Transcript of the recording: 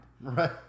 Right